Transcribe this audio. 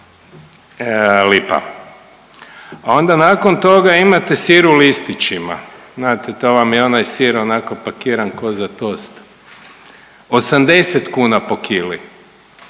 lipa. Onda nakon toga imate sir u listićima, znate to vam je onaj sir onako pakiran ko za tost, 80 kuna po kili.